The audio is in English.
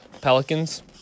Pelicans